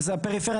ובפריפריה,